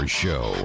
show